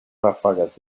ráfagas